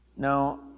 Now